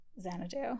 Xanadu